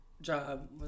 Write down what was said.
job